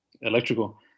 electrical